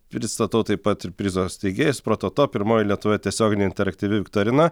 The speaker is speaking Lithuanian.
pristatau taip pat ir prizo steigėjus prototo pirmoji lietuvoje tiesioginė interaktyvi viktorina